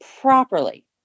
properly